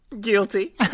Guilty